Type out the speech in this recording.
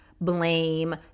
blame